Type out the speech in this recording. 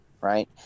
right